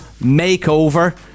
makeover